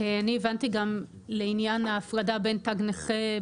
אני הבנתי גם לעניין ההפרדה בין תג נכה,